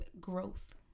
growth